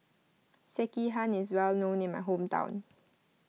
Sekihan is well known in my hometown